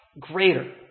greater